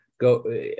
go